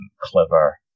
clever